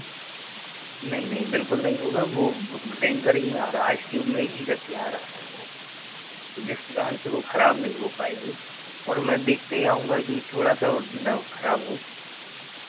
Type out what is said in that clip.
नहीं नहीं बिल्कुल नहीं होगा वो टैंकर ही में आ रहा आइस क्यूब में ही रख के आ रहा है वो तो जिसके कारण से वो खराब नहीं हो पाएँगी और मैं देखते आऊँगा कि थोड़ा सा वो ना खराब हों